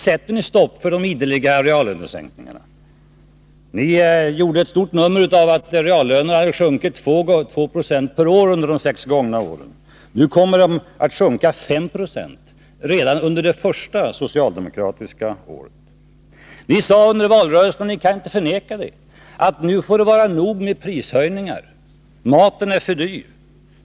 Sätter ni stopp för de ideliga reallönesänkningarna? Ni gjorde ett stort nummer av att reallönerna hade sjunkit 2 96 per år under de sex gångna åren. Nu kommer de att sjunka 5 26 redan under det första socialdemokratiska året. Ni kan inte förneka att ni sade under valrörelsen att nu får det vara nog med prishöjningar, maten är för dyr.